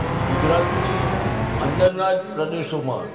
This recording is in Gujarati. ગુજરાતની અંદરના જ પ્રદેશોમાં